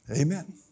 Amen